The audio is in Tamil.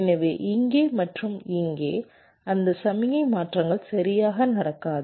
எனவே இங்கே மற்றும் இங்கே அந்த சமிக்ஞை மாற்றங்கள் சரியாக நடக்காது